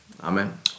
Amen